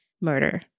murder